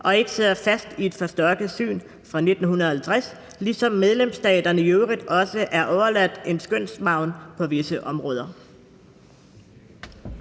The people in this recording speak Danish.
og ikke sidder fast i et forstokket syn fra 1950, ligesom medlemsstaterne i øvrigt også er overladt en skønsmargen på visse områder.«